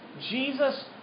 Jesus